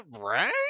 Right